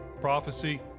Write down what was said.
prophecy